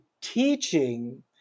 teaching